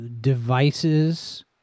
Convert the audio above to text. devices